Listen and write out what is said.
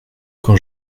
quand